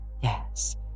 Yes